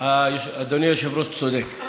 אדוני היושב-ראש צודק.